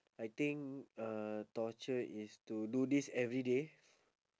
I think uh torture is to do this everyday